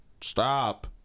Stop